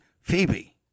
Phoebe